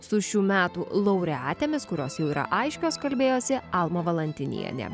su šių metų laureatėmis kurios jau yra aiškios kalbėjosi alma valantinienė